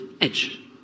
edge